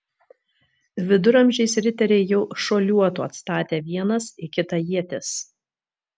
viduramžiais riteriai jau šuoliuotų atstatę vienas į kitą ietis